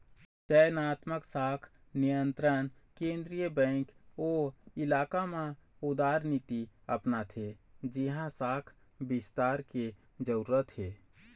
चयनात्मक शाख नियंत्रन केंद्रीय बेंक ओ इलाका म उदारनीति अपनाथे जिहाँ शाख बिस्तार के जरूरत हे